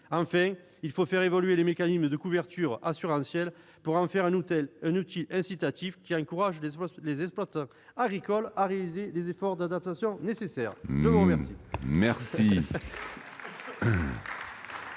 Enfin, il faut faire évoluer les mécanismes de couverture assurantielle pour qu'ils deviennent un outil incitatif qui encourage les exploitants agricoles à réaliser les efforts d'adaptation nécessaires. La parole